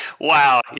Wow